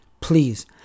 Please